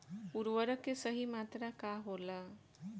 उर्वरक के सही मात्रा का होला?